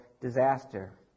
disaster